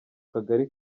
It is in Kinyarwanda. kagali